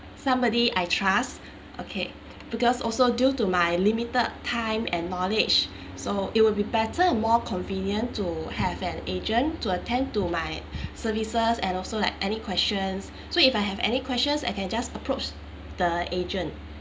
somebody I trust okay because also due to my limited time and knowledge so it would be better more convenient to have an agent to attend to my services and also like any questions so if I have any questions I can just approach the agent